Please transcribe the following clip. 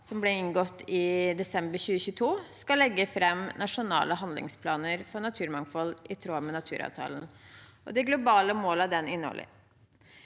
som ble inngått i desember 2022, skal legge fram nasjonale handlingsplaner for naturmangfold, i tråd med naturavtalen og det globale målet den inneholder.